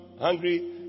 hungry